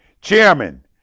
Chairman